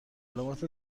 مکالمات